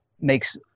makes